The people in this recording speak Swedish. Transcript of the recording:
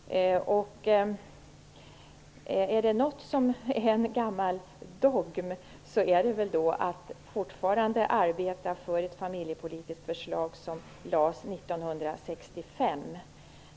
Är det något som är en gammal dogm är det väl att fortfarande arbeta för ett familjepolitiskt förslag som lades fram 1965.